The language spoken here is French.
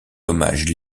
dommages